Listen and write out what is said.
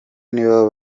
nibo